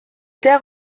terres